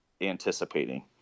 anticipating